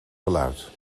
geluid